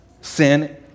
sin